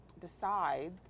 decides